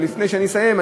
לפני שאסיים,